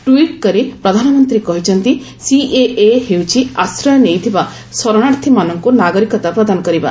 tweet କରି ପ୍ରଧାନମନ୍ତ୍ରୀ କହିଛନ୍ତି ସିଏଏ ହେଉଛି ଆଶ୍ରୟ ନେଇଥିବା ଶରଣାର୍ଥୀମାନଙ୍କୁ ନାଗରିକତା ପ୍ରଦାନ କରିବା